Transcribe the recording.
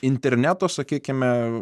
interneto sakykime